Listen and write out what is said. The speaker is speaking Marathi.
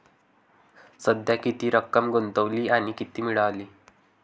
सध्या किती रक्कम गुंतवली आणि किती मिळाली